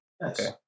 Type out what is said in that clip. Yes